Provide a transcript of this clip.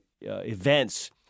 events